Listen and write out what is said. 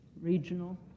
regional